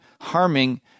harming